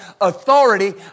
authority